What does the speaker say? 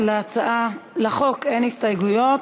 לחוק אין הסתייגויות.